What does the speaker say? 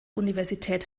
universität